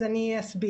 אז אני אסביר.